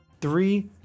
three